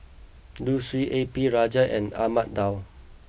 Liu Si A P Rajah and Ahmad Daud